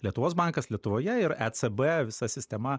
lietuvos bankas lietuvoje ir ecb visa sistema